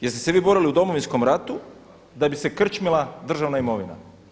Jeste se vi borili u Domovinskom ratu da bi se krčmila državna imovina?